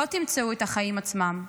לא תמצאו את החיים עצמם.